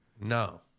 No